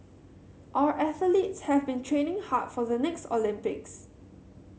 our athletes have been training hard for the next Olympics